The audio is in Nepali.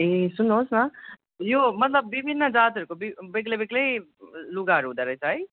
ए सुन्नु होस् न यो मतलब विभिन्न जातहरूको बेग्ला बेग्लै लुगाहरू हुँदो रहेछ है